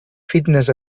fitness